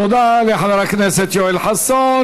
תודה לחבר הכנסת יואל חסון.